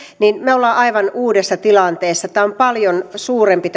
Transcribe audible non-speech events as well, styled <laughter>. me olemme aivan uudessa tilanteessa tämä haaste on paljon suurempi <unintelligible>